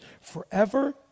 forever